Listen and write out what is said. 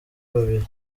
babiri